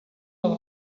ela